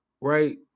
right